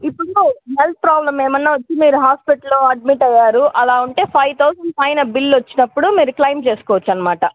ఇప్పుడు health problem ఏమైనా వచ్చి మీరు హాస్పిటలో అడ్మిట్ అయ్యారు అలా ఉంటే ఫైవ్ థౌజండ్ పైన బిల్ వచ్చినప్పుడు మీరు క్లెయిం చేసుకొచ్చు అనమాట